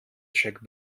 checkt